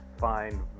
find